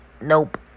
nope